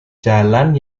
jalan